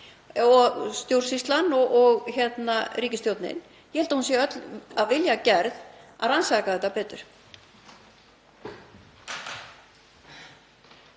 stjórnsýslan og ríkisstjórnin — ég held að hún sé öll af vilja gerð að rannsaka þetta betur.